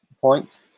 points